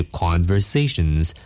conversations